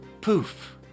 poof